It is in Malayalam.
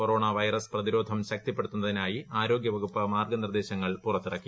കൊറോണ വൈറസ് പ്രതിരോധം ശക്തിപ്പെടുത്തുന്നതിനായി ആരോഗ്യവകുപ്പ് മാർഗനിർദേശങ്ങൾ പുറത്തിറക്കി